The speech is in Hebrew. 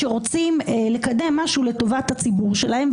שרוצים לקדם משהו לטובת הציבור שלהם,